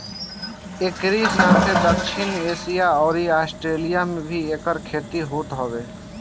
एकरी साथे दक्षिण एशिया अउरी आस्ट्रेलिया में भी एकर खेती होत हवे